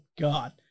God